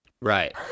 Right